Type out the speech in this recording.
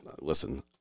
listen